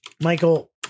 Michael